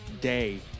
day